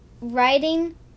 writing